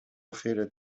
خیرت